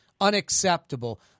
unacceptable